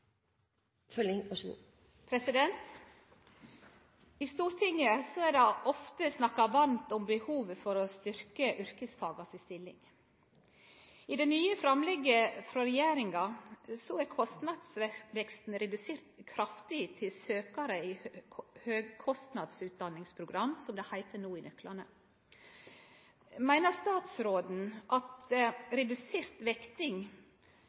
I Stortinget blir det ofte snakka varmt om behovet for å styrkje stillinga til yrkesfaga. I det nye framlegget frå regjeringa er kostnadsveksten til søkjarar i høgkostnads utdanningsprogram – som det heiter i nøklane no – kraftig redusert. Meiner statsråden at redusert vekting